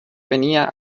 venia